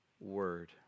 word